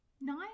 Nine